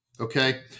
Okay